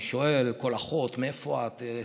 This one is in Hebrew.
אני שואל כל אחות: מאיפה את?